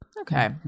Okay